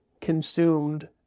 consumed